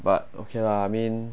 but okay lah I mean